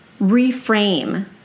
reframe